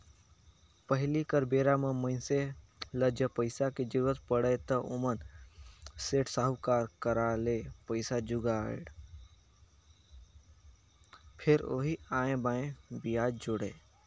पहिली कर बेरा म मइनसे ल जब पइसा के जरुरत पड़य त ओमन सेठ, साहूकार करा ले पइसा जुगाड़य, फेर ओही आंए बांए बियाज जोड़य